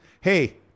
Hey